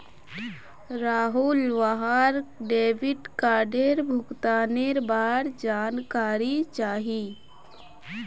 राहुलक वहार डेबिट कार्डेर भुगतानेर बार जानकारी चाहिए